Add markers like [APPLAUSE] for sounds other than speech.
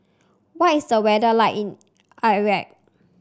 what is the weather like in [UNINTELLIGIBLE]